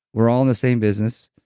we're all in the same business.